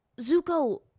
Zuko